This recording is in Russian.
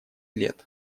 лет